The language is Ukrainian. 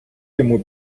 йому